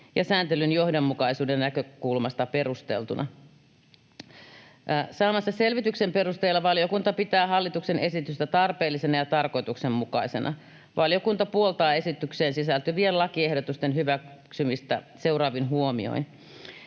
ja sääntelyn johdonmukaisuuden näkökulmasta perusteltuina. Saamansa selvityksen perusteella valiokunta pitää hallituksen esitystä tarpeellisena ja tarkoituksenmukaisena. Valiokunta puoltaa esitykseen sisältyvien lakiehdotusten hyväksymistä seuraavin huomioin: